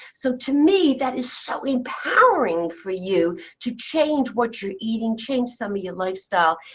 so to me, that is so empowering for you to change what you're eating, change some of your lifestyle,